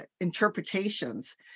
interpretations